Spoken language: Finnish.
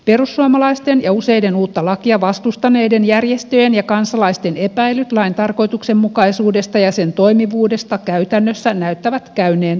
perussuomalaisten ja useiden uutta lakia vastustaneiden järjestöjen ja kansalaisten epäilyt lain tarkoituksenmukaisuudesta ja sen toimivuudesta käytännössä näyttävät käyneen toteen